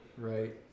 Right